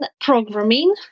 programming